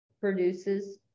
produces